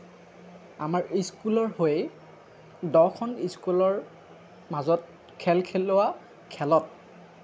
আমাৰ স্কুলৰ হৈ দহখন স্কুলৰ মাজত খেল খেলোৱা খেলত